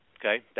Okay